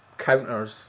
counters